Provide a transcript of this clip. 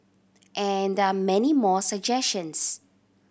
and there are many more suggestions